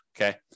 okay